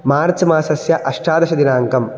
मार्च् मासस्य अष्टादशदिनाङ्कम्